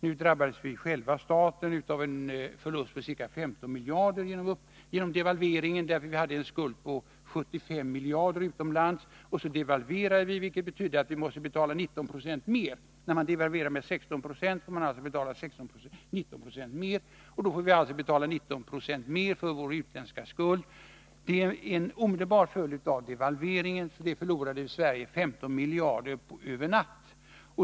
Nu drabbades staten av en förlust på ca 15 miljarder genom devalveringen, eftersom utlandsskulden var ca 75 miljarder. Devalveringen betydde att vi måste betala 19 26 mer. Devalverar man med 16 96, får man betala 19 26 mer på sin utlandsskuld. Det blir en omedelbar följd av devalveringen, och det förlorade Sverige 15 miljarder på över en natt.